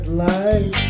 light